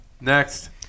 Next